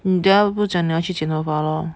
你等下不是讲你要去剪头发 lor